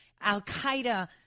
Al-Qaeda